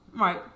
Right